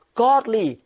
godly